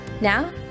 Now